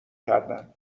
کردن